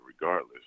regardless